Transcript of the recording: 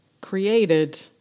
created